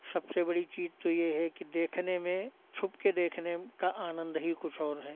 सबसे बड़ी चीज़ तो ये है कि देखने में छुप के देखने का आनंद ही कुछ और है